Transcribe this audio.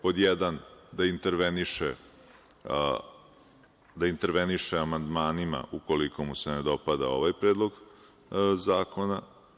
Pod jedan, da interveniše amandmanima, ukoliko mu se ne dopada ovaj predlog zakona.